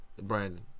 Brandon